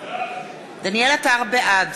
בעד